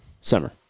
Summer